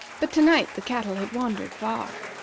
but to-night the cattle had wandered far.